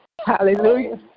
Hallelujah